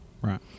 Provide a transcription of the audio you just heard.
right